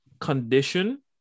condition